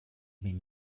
been